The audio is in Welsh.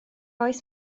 oes